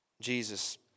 Jesus